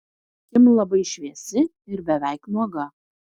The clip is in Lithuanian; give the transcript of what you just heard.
kim labai šviesi ir beveik nuoga